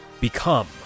become